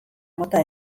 mota